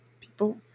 People